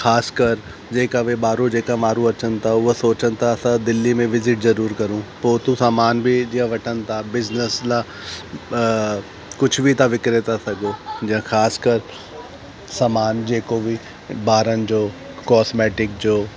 ख़ासि कर जेका भई माण्हू जेका माण्हू अचनि था उहा सोचनि था असां दिल्ली में विजिट ज़रूरु करुं पोइ उतां सामानु बि जीअं वठनि था बिज़िनिस लाइ कुझु बि तव्हां विकिणे था सघो जीअं ख़ासि कर सामानु जेको बि ॿारनि जो कॉस्मेटिक जो